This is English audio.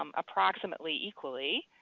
um approximately equally,